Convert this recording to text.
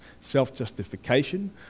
self-justification